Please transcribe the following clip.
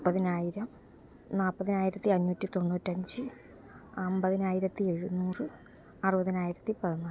മുപ്പതിനായിരം നാല്പതിനായിരത്തി അഞ്ഞൂറ്റി തൊണ്ണൂറ്റിയഞ്ച് അമ്പതിനായിരത്തി എഴുന്നൂറ് അറുപതിനായിരത്തി പതിനാല്